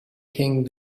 king